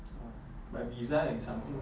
uh but visa and something